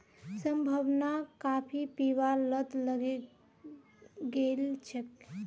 संभावनाक काफी पीबार लत लगे गेल छेक